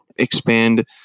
expand